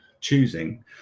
choosing